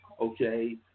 okay